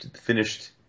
finished